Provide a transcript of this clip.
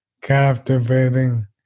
captivating